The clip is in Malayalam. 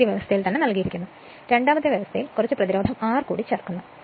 ആദ്യ അവസ്ഥ നൽകിയിരിക്കുന്നു രണ്ടാമത്തെ ഘട്ടത്തിൽ കുറച്ച് പ്രതിരോധം R ചേർക്കുന്നു